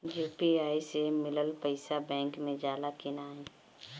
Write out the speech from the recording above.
UPI से मिलल पईसा बैंक मे जाला की नाहीं?